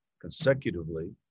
Consecutively